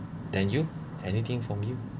then you anything from you